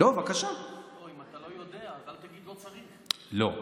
אם אתה לא יודע, אל תגיד שלא צריך את זה.